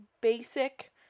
basic